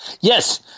Yes